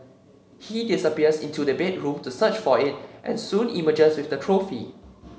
he disappears into the bedroom to search for it and soon emerges with the trophy